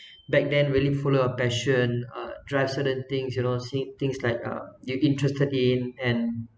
back then really follow a passion uh drive certain things you know see things like uh you interested in and